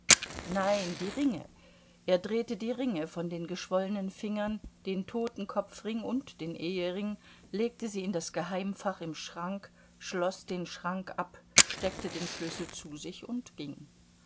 nein die ringe er drehte die ringe von den geschwollenen fingern den totenkopfring und den ehering legte sie in das geheimfach im schrank schloß den schrank ab steckte den schlüssel zu sich und ging